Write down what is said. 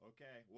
Okay